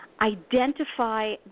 identify